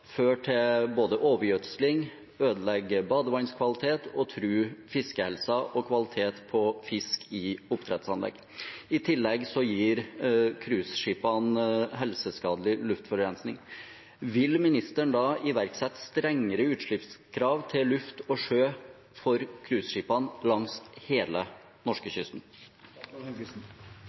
til overgjødsling, og de kan ødelegge badevannskvaliteten og true fiskehelsen og kvaliteten på fisk i oppdrettsanlegg. I tillegg gir cruiseskipene helseskadelig luftforurensning. Vil ministeren da iverksette strengere krav til utslipp til luft og sjø for cruiseskipene langs hele norskekysten?